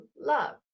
love